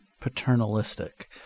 paternalistic